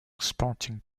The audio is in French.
sporting